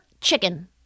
chicken